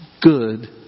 Good